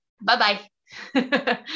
bye-bye